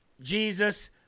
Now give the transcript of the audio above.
Jesus